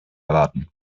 erwarten